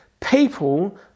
people